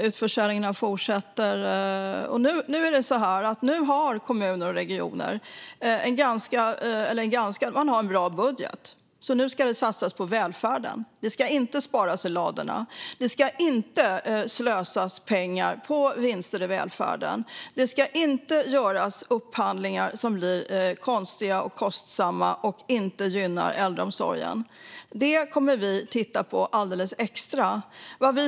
Utförsäljningarna fortsätter. Nu har kommuner och regioner en bra budget, så nu ska det satsas på välfärden. Det ska inte sparas i ladorna. Det ska inte slösas pengar på vinster i välfärden. Det ska inte göras upphandlingar som blir konstiga och kostsamma och inte gynnar äldreomsorgen. Detta kommer vi att titta på alldeles extra.